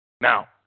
Now